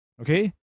okay